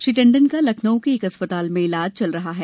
श्री टंडन का लखनऊ के एक अस्पताल में इलाज चल रहा है